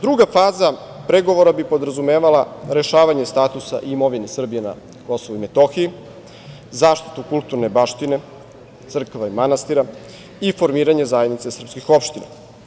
Druga faza pregovora bi podrazumevala rešavanje statusa imovine Srbije na Kosovu i Metohiji, zaštitu kulturne baštine crkava i manastira i formiranje zajednice srpskih opština.